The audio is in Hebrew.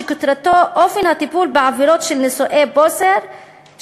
שכותרתו "אופן הטיפול בעבירות של נישואי בוסר".